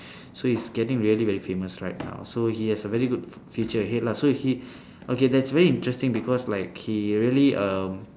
so he's getting very very famous right now so he has a very good future ahead lah so he okay that's very interesting because like he really uh